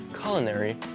culinary